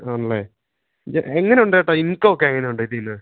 ആണല്ലെ ഇത് എങ്ങനെയുണ്ട് ചേട്ടാ ഇൻകം ഒക്കെ എങ്ങനെയുണ്ട് ഇതില്നിന്ന്